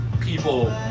people